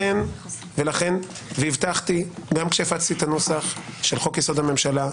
לכן הבטחתי וגם הפצתי את הנוסח של חוק יסוד: הממשלה,